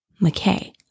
McKay